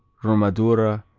romadura,